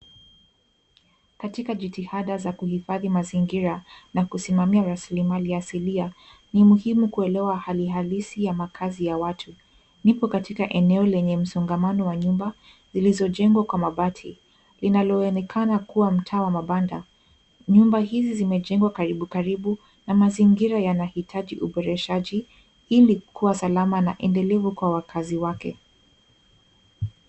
Katika jitihada za kuhifadhi mazingira na kusimamia rasilimali asilia ni muhimu kuelewa hali halisi ya makazi ya watu. Nipo katika eneo lenye msongamano wa nyumba zilizojengwa kwa mabati inaloonekana kuwa mtaa wa mabanda. Nyumba hizi zimejengwa karibu karibu na mazingira yanahitaji uboreshaji ili kuwa salama na endelevu kwa wakazi wake.